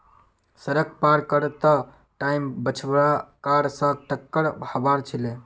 सड़क पार कर त टाइम बछड़ा कार स टककर हबार छिले